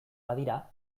badira